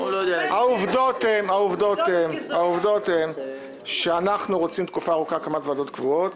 העובדות הן שכבר תקופה ארוכה אנחנו רוצים הקמת ועדות קבועות